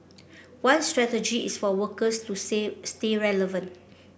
one strategy is for workers to say stay relevant